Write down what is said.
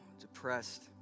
depressed